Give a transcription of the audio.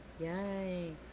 Yikes